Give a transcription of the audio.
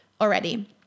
already